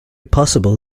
possible